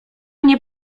nie